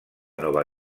nova